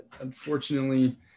unfortunately